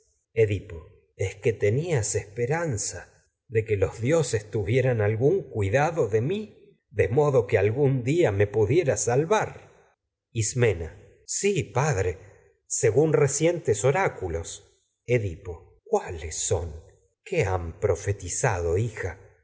desgracias edipo es que tenias esperanza de que los dioses tuvieran algún cuidado de mi de modo que algún día me pudiera salvar ismena edipo í padre según recientes oráculos cuáles son qué han que profetizado hija